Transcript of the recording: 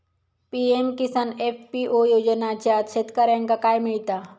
PM Kisan FPO योजनाच्यात शेतकऱ्यांका काय मिळता?